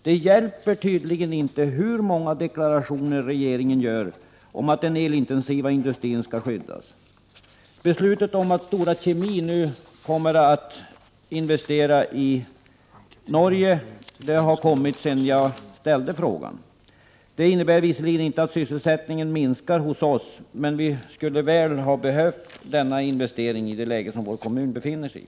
Det hjälper tydligen inte hur många deklarationer regeringen än gör om att den elintensiva industrin skall skyddas. Beslutet att Stora Kemi nu skall investera i Norge har fattats sedan jag ställde frågan. Det beslutet innebär visserligen inte att sysselsättningen minskar hos oss, men vi skulle väl ha behövt denna investering i det läge som vår kommun befinner sig i.